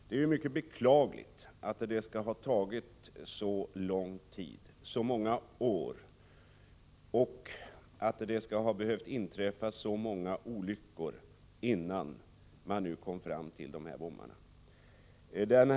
Det är mycket beklagligt att det har tagit så många år och att det skall ha behövt inträffa så många olyckor innan man nu kom fram till att det måste sättas upp bommar.